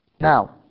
Now